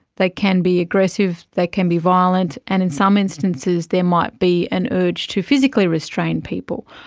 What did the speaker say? they can be aggressive, they can be violent and in some instances there might be an urge to physically restrain people.